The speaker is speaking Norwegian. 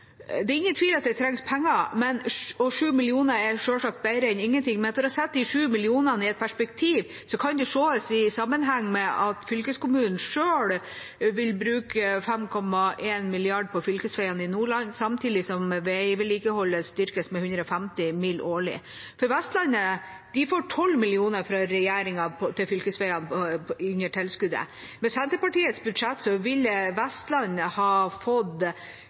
Det er ingen tvil om at det trengs penger, og 7 mill. kr er selvsagt bedre enn ingenting, men for å sette de 7 millionene i et perspektiv kan det sees i sammenheng med at fylkeskommunen selv vil bruke 5,1 mrd. kr på fylkesveiene i Nordland, samtidig som veivedlikeholdet styrkes med 150 mill. kr årlig. Vestland får 12 mill. kr fra regjeringa til fylkesveiene under tilskuddet. Med Senterpartiets budsjett